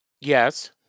yes